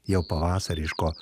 jau pavasariško